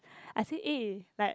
I say eh like